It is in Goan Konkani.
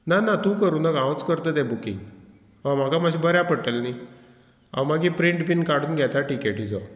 ना ना तूं करूं नाका हांवूच करतां तें बुकींग हांव म्हाका मात्शें बऱ्या पडटलें न्ही हांव मागीर प्रिंट बीन काडून घेता टिकेटीचो